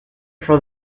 for